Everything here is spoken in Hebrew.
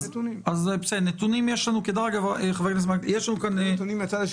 אני רוצה נתונים מהצד השני.